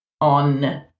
on